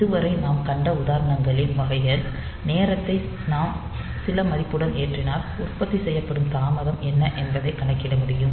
இதுவரை நாம் கண்ட உதாரணங்களின் வகைகள் நேரத்தை நாம் சில மதிப்புடன் ஏற்றினால் உற்பத்தி செய்யப்படும் தாமதம் என்ன என்பதை கணக்கிட முடியும்